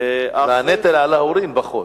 והאחריות, והנטל על ההורים פחות.